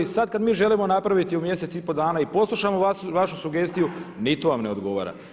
Sad kad mi želimo napraviti u mjesec i pol dana i poslušamo vašu sugestiju ni to vam ne odgovara.